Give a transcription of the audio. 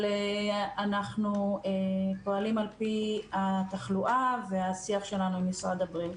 אבל אנחנו פועלים על פי התחלואה והשיח שלנו עם משרד הבריאות.